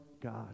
God